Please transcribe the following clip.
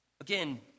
again